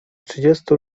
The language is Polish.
trzydziestu